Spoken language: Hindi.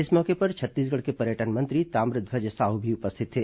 इस मौके पर छत्तीसगढ़ के पर्यटन मंत्री ताम्रध्वज साहू भी उपस्थित थे